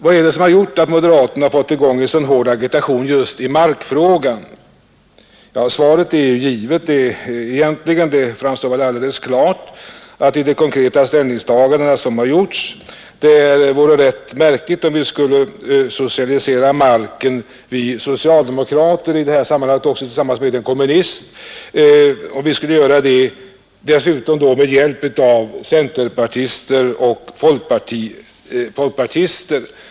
Vad är det som har gjort att moderaterna har fått i gång en så hård agitation just i markfrågan? Svaret är egentligen givet; det framgår alldeles klart av de konkreta ställningstaganden som har gjorts. Det vore rätt märkligt om socialdemokraterna i utskottet — i det här sammanhanget också tillsammans med en kommunist — skulle vilja socialisera marken med hjälp av centeroch folkpartiröster.